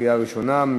בקריאה ראשונה.